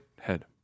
head